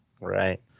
Right